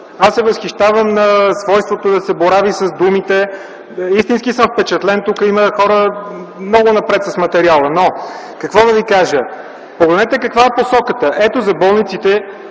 Аз се възхищавам на свойството да се борави с думите. Истински съм впечатлен. Тук има хора, които са много напред с материала. Какво да ви кажа? Погледнете каква е посоката. Ето за болниците